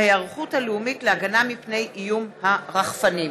ההיערכות הלאומית להגנה מפני איום הרחפנים.